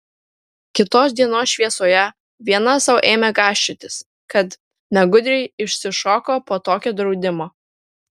kitos dienos šviesoje viena sau ėmė gąsčiotis kad negudriai išsišoko po tokio draudimo